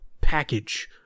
package